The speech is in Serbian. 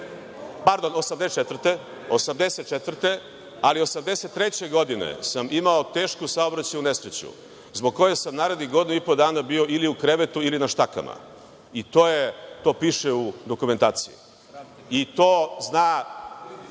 pardon 1984, ali 1983. godine sam imao tešku saobraćajnu nesreću zbog koje sam narednih godinu i po dana bio u krevetu ili na štakama. To piše u dokumentaciji. To zna